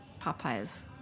Popeyes